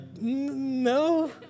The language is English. no